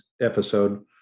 episode